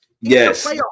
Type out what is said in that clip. Yes